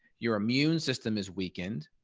your immune system is weakened,